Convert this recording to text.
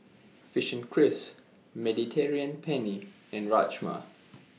Fishing Cris Mediterranean Penne and Rajma